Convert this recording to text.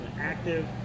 active